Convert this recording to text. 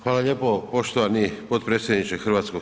Hvala lijepo poštovani potpredsjedniče HS.